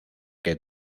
que